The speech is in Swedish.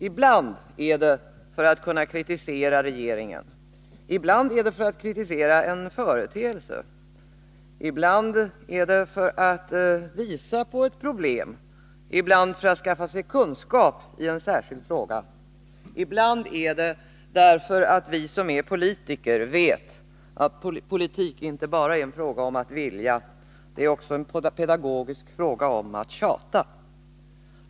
Ibland är det för att kunna kritisera regeringen, ibland för att kritisera en företeelse, ibland för att visa på ett problem, ibland för att skaffa sig kunskap i en särskild fråga, ibland är det därför att vi som är politiker vet att politik inte bara är en fråga om att vilja, det är också en pedagogisk fråga om att tjata.